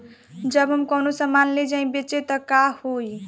जब हम कौनो सामान ले जाई बेचे त का होही?